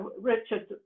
Richard